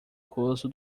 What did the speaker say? rosto